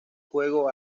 juego